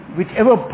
whichever